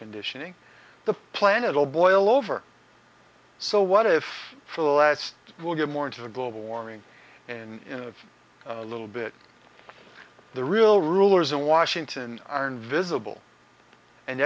conditioning the planet will boil over so what if for the last we'll get more into the global warming in a little bit the real rulers in washington are invisible and